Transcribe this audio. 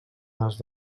les